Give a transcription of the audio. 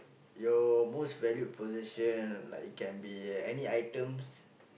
your most valued possession like it can be any items